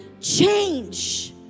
change